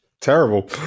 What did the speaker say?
terrible